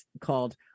called